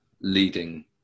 leading